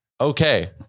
Okay